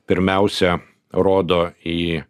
pirmiausia rodo į